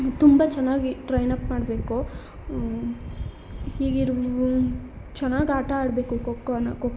ತುಂಬ ಚೆನ್ನಾಗಿ ಟ್ರೈನ್ಅಪ್ ಮಾಡಬೇಕು ಹೀಗಿರೂ ಚೆನ್ನಾಗಿ ಆಟ ಆಡಬೇಕು ಖೋಖೋನ ಖೋ